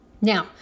Now